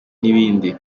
n’ibindi